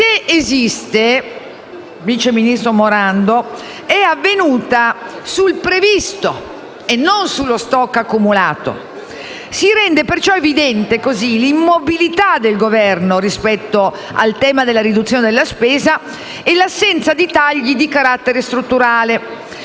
mai esiste, vice ministro Morando, questa è avvenuta sul previsto e non sullo *stock* accumulato. Si rende perciò evidente l'immobilità del Governo rispetto al tema della riduzione della spesa e l'assenza di tagli di carattere strutturale.